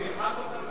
אתה רוצה שנמחק אותן?